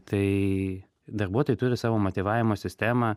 tai darbuotojai turi savo motyvavimo sistemą